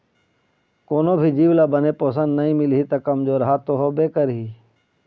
कोनो भी जीव ल बने पोषन नइ मिलही त कमजोरहा तो होबे करही